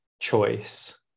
choice